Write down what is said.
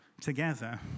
together